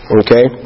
okay